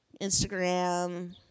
instagram